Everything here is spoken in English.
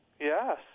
Yes